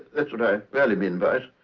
that's what i really mean by it.